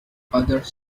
others